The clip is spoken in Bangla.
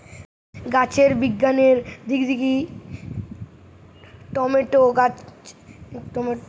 গাছের বিজ্ঞানের দিক দিকি টমেটো গটে ফল হলে বি, সবজি হিসাবেই পুরা বিশ্বে টমেটো পরিচিত